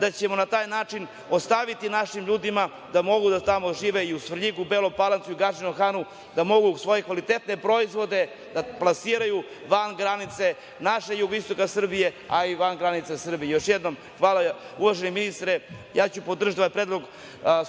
da ćemo na taj način ostaviti našim ljudima da mogu tamo da žive i u Svrljigu, Beloj Palanci, Gadžinom Hanu, da mogu svoje kvalitetne proizvode da plasiraju van granica našeg jugoistoka Srbije, a i van granica Srbije. Još jednom, hvala uvaženi ministre, ja ću podržati predlog